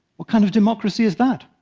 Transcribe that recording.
what kind of democracy is that?